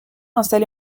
installé